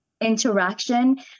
interaction